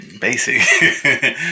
basic